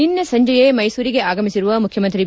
ನಿನ್ನೆ ಸಂಜೆಯೇ ಮೈಸೂರಿಗೆ ಆಗಮಿಸಿರುವ ಮುಖ್ಯಮಂತ್ರಿ ಬಿ